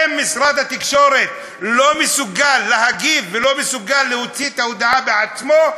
האם משרד התקשורת לא מסוגל להגיב ולא מסוגל להוציא את ההודעה בעצמו?